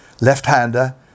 left-hander